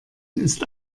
ist